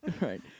Right